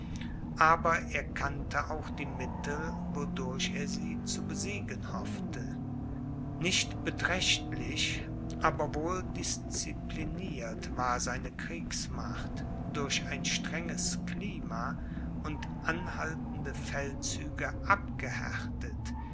aber er kannte auch die mittel wodurch er sie zu besiegen hoffte nicht beträchtlich aber wohl discipliniert war seine kriegsmacht durch ein strenges klima und anhaltende feldzüge abgehärtet